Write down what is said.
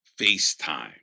FaceTime